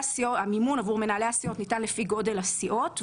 המימון עבור מנהלי הסיעה ניתן לפי גודל הסיעות,